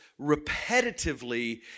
repetitively